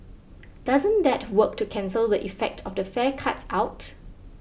doesn't that work to cancel the effect of the fare cuts out